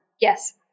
Yes